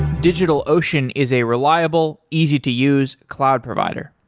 digitalocean is a reliable, easy to use cloud provider.